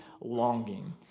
longing